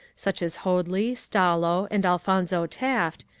such as hoadly, stallo, and alphonzo taft,